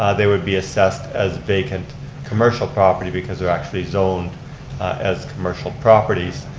they would be assessed as vacant commercial property because they're actually zoned as commercial properties.